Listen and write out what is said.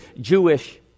Jewish